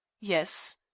yes